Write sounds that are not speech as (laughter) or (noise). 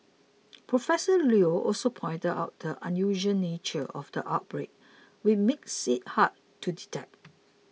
profession Leo also pointed out the unusual nature of the outbreak which we made (unintelligible) hard to detect